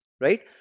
Right